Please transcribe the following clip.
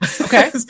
okay